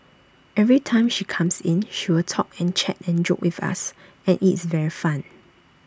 every time she comes in she will talk and chat and joke with us and IT is very fun